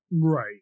Right